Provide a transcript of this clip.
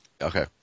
Okay